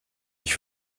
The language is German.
ich